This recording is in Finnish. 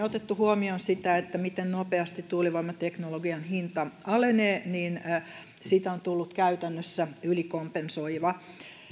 otettu huomioon sitä miten nopeasti tuulivoimateknologian hinta alenee niin siitä on tullut käytännössä ylikompensoiva